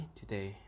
today